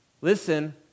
listen